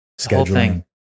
Scheduling